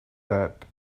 that